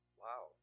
wow